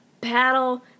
battle